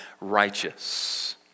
righteous